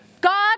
God